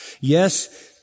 Yes